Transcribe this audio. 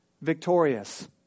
victorious